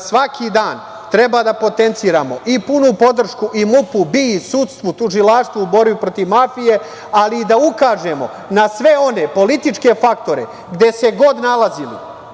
svaki dan treba da potenciramo i punu podršku i MUP-u, BIA, sudstvu, tužilaštvu u borbi protiv mafije, ali i da ukažemo na sve one političke faktore, gde se god nalazi,